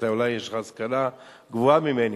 אולי יש ך השכלה גבוהה ממני.